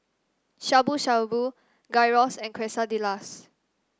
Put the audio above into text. Shabu Shabu Gyros and Quesadillas